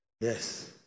Yes